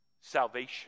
salvation